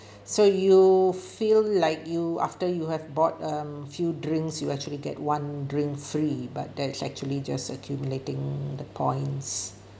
so you feel like you after you have bought um few drinks you actually get one drink free but that is actually just accumulating the points